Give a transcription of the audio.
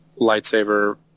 lightsaber